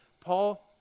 Paul